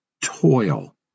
toil